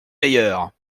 meilleurs